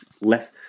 less